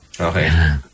Okay